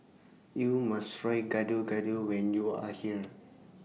YOU must Try Gado Gado when YOU Are here